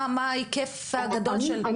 מה ההיקף הגדול שלה?